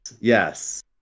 yes